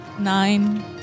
Nine